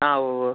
ആ ഉവ്വ്